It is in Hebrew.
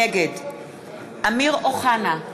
נגד אמיר אוחנה,